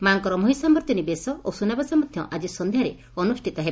ମା'ଙ୍କର ମହିଷାମର୍ଦ୍ଦିନୀ ବେଶ ଓ ସୁନାବେଶ ମଧ ଆଜି ସନ୍ଧ୍ୟାରେ ଅନୁଷ୍ଠିତ ହେବ